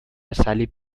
صلیب